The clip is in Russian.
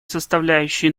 составляющей